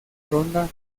ronda